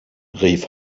rief